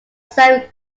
self